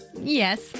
Yes